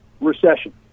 recession